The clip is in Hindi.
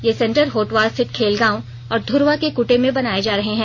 ये सेंटर होटवार रिथित खेलगांव और धुर्वा के कृटे में बनाये जा रहे हैं